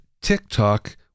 TikTok